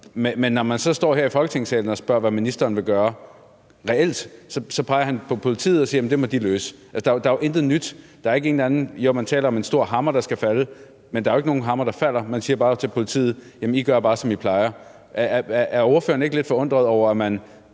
Men når man så står her i Folketingssalen og spørger, hvad ministeren vil gøre reelt, så peger han på politiet og siger, at det må de løse. Der er jo intet nyt i det. Jo, man taler om en stor hammer, der skal falde, men der er jo ikke nogen hammer, der falder. Man siger bare til politiet, at de skal gøre, som de plejer. Er ordføreren ikke lidt forundret over, at man